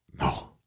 No